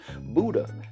Buddha